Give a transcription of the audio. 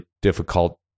difficult